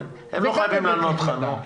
הם לא חייבים לענות לך.